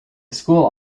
school